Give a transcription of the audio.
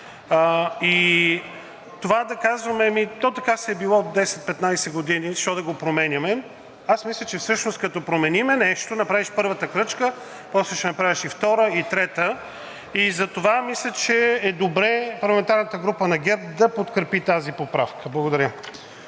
Това да казваме: то така си е било 10 – 15 години, защо да го променяме – аз мисля, че всъщност като промениш нещо, направиш първата крачка, после ще направиш и втора, и трета. Затова смятам, че е добре парламентарната група на ГЕРБ-СДС да подкрепи тази поправка. Благодаря.